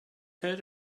heard